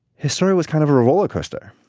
his story was kind of a roller coaster,